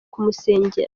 kumusengera